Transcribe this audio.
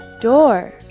door